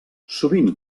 sovint